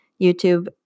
YouTube